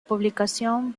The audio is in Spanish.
publicación